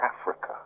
Africa